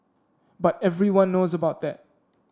but everyone knows about that